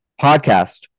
podcast